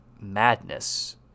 madness